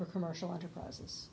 for commercial enterprises